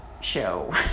show